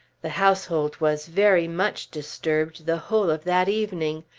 the household was very much disturbed the whole of that evening.